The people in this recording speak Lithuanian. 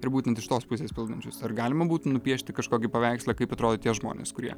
ir būtent iš tos pusės pildančius ar galima būtų nupiešti kažkokį paveikslą kaip atrodo tie žmonės kurie